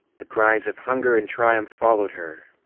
the cries of hunger and triumph followed her,